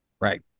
Right